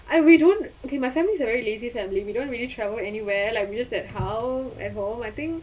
I we don't okay my family is a very lazy family we don't really travel anywhere like we just at hou~ at home I think